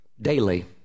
daily